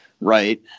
right